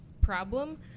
problem